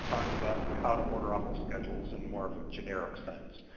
talks about how to order off of schedules in more of a generic sense.